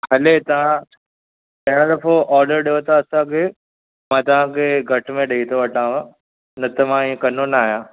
हले तव्हां पहिरियों दफ़ो ऑडर ॾियो था त बि मां तव्हां खे घटि में ॾेई थो वठांव न त मां इअं कंदो न आहियां